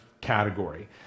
category